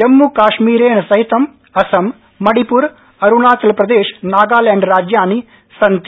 जम्मू काश्मीरेण सहितं असम मणिप्र अरूणाचलप्रदेश नागालैण्ड राज्यानि सान्ते